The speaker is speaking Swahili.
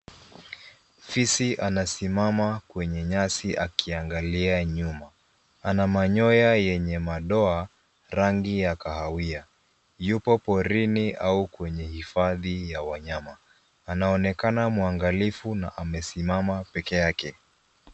Fisi anasimama kwenye nyasi akiangalia nyuma anamanyoya yenye madoa rangi ya kahawia yupo porini au kwenye hifadhi ya wanyama anaonekana mwangalifu na amesimama peke yake.